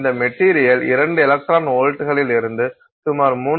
இந்த material 2 electron வோல்ட்டுகளிலிருந்து சுமார் 3